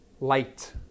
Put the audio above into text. light